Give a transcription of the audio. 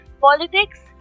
politics